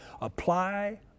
apply